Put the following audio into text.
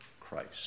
Christ